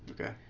okay